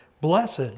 blessed